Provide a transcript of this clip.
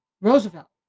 Roosevelt